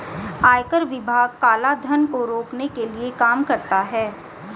आयकर विभाग काला धन को रोकने के लिए काम करता है